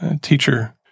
teacher